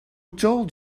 told